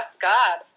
God